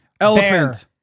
Elephant